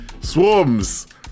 Swarms